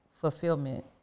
fulfillment